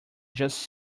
just